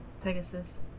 pegasus